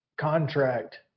contract